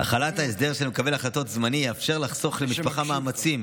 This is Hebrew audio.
מקבל ההחלטות הזמני תאפשר לחסוך למשפחה מאמצים